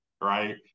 Right